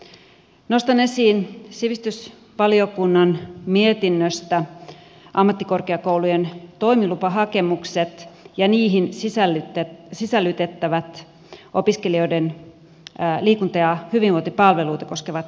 nostan esiin sivistysvaliokunnan mietinnöstä ammattikorkeakoulujen toimilupahakemukset ja niihin sisällytettävät opiskelijoiden liikunta ja hyvinvointipalveluita koskevat selvitykset